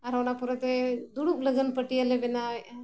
ᱟᱨ ᱚᱱᱟ ᱯᱚᱨᱮᱛᱮ ᱫᱩᱲᱩᱵ ᱞᱟᱹᱜᱤᱫ ᱯᱟᱹᱴᱭᱟᱹ ᱞᱮ ᱵᱮᱱᱟᱣᱮᱜᱼᱟ